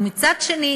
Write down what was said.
ומצד שני,